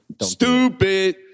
stupid